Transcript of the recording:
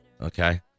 Okay